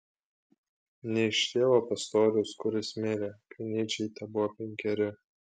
ne iš tėvo pastoriaus kuris mirė kai nyčei tebuvo penkeri